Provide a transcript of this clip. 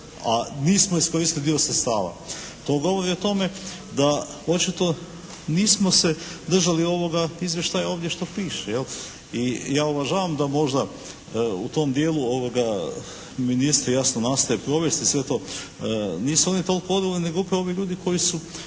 a nismo iskoristili dio sredstava. To govori o tome da očito nismo se držali ovoga izvještaja ovdje što piše jel i ja uvažavam da možda u tom dijelu ministri jasno nastoje provesti i sve to nisu oni toliko odgovorni, nego upravo ovi ljudi koji su,